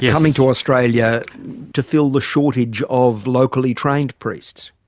coming to australia to fill the shortage of locally trained priests?